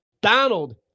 Donald